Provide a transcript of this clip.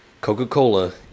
Coca-Cola